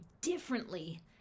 differently